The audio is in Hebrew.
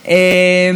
נכון.